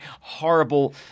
horrible